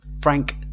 frank